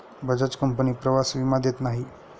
Bajaj company प्रवास विमा देत नाही